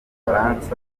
b’abafaransa